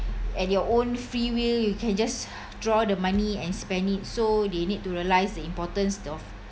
at your own free will you can just draw the money and spend it so they need to realize the importance of